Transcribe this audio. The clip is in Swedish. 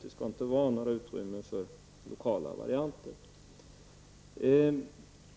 Det skall inte finnas några utrymmen för lokala varianter.